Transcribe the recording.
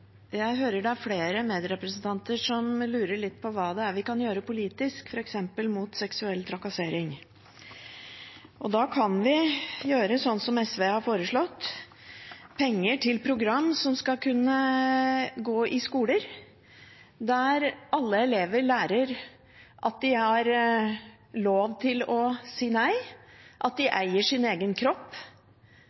Jeg hører det er flere medrepresentanter som lurer litt på hva det er vi kan gjøre politisk, f.eks. mot seksuell trakassering. Da kan vi gjøre slik som SV har foreslått: å bevilge penger til program som skal kunne gå i skoler, der alle elever lærer at de har lov til å si nei, at de eier sin egen kropp,